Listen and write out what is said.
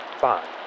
five